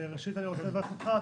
ראשית אני רוצה לברך אותך,